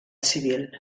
civil